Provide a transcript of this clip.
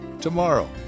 tomorrow